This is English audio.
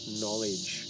knowledge